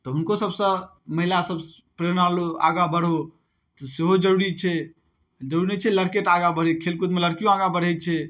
तऽ हुनको सबसँ महिला सब प्रेरणा लौ आगाँ बढ़ौ तऽ सेहो जरुरी छै जरुरी नहि छै लड़केटा आगाँ बढ़ै खेलकूदमे लड़कियो आगाँ बढ़ै छै